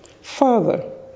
Father